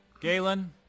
Galen